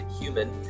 human